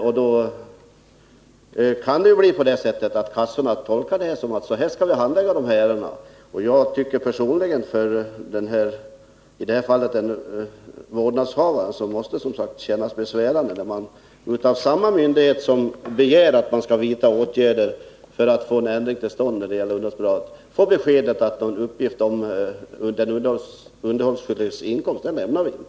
Då kunde det bli på det sättet att försäkringskassorna tolkade domen som en anvisning om hur sådana här ärenden skall handläggas. Personligen tycker jag att det måste kännas besvärande för en vårdnadshavare att av samma myndighet som begär att man skall vidta åtgärder för att få en ändring av underhållsbidraget till stånd få beskedet att någon uppgift om den underhållsskyldiges inkomst inte lämnas ut.